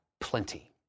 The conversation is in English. plenty